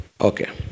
Okay